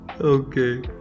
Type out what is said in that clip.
okay